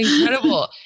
Incredible